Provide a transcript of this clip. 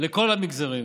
לכל המגזרים